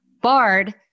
Bard